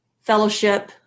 fellowship